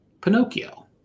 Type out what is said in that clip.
Pinocchio